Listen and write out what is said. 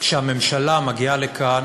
כשהממשלה מגיעה לכאן